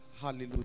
Hallelujah